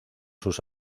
sus